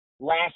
Last